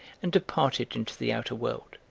and departed into the outer world.